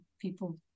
People